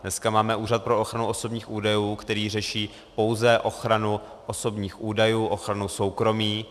Dneska máme Úřad pro ochranu osobních údajů, který řeší pouze ochranu osobních údajů, ochranu soukromí.